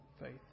faith